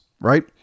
right